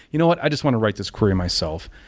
you know what? i just want to write this query myself.